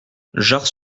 jard